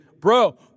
bro